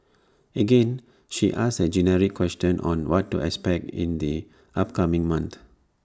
again she asks A generic question on what to expect in the upcoming month